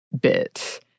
bit